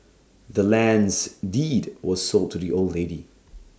the land's deed was sold to the old lady